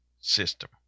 system